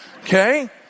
Okay